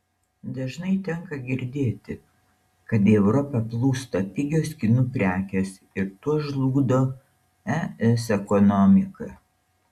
dažnai tenka girdėti kad į europą plūsta pigios kinų prekės ir tuo žlugdo es ekonomiką